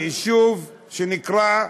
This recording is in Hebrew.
יישוב, מה שנקרא,